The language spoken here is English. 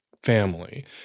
family